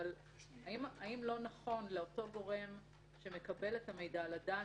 האם לא נכון לאותו גורם שמקבל את המידע לדעת